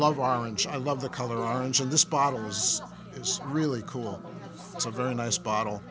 love orange i love the color orange and this bottle is it's really cool it's a very nice bottle